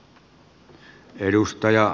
arvoisa puhemies